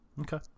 Okay